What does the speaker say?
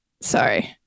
Sorry